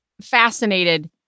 fascinated